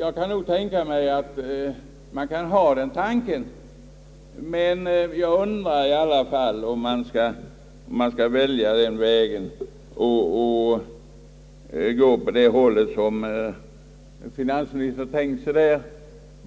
Jag kan föreställa mig att man kan ha den tanken, men jag undrar ändå om man skall välja den vägen som finansministern tänkt sig.